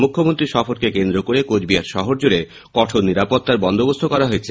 মুখ্যমন্ত্রী সফরকে কেন্দ্র করে কোচবিহার শহরজুড়ে কঠোর নিরাপত্তার বন্দোবস্ত করা হয়েছে